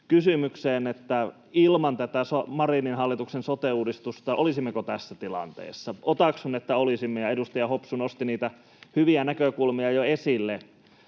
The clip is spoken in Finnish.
kysymykseen, että olisimmeko ilman tätä Marinin hallituksen sote-uudistusta tässä tilanteessa. Otaksun, että olisimme, ja edustaja Hopsu nosti niitä hyviä näkökulmia jo esille.